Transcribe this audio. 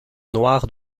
noire